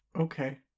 Okay